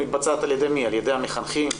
על ידי המחנכים?